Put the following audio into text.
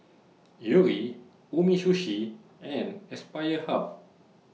Yuri Umisushi and Aspire Hub